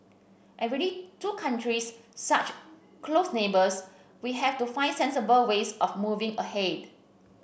and really two countries such close neighbours we have to find sensible ways of moving ahead